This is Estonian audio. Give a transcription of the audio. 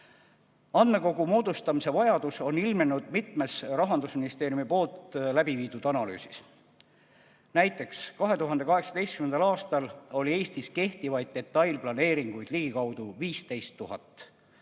Andmekogu moodustamise vajadus on ilmnenud mitmes Rahandusministeeriumi tehtud analüüsis. Näiteks 2018. aastal oli Eestis kehtivaid detailplaneeringuid ligikaudu 15 000.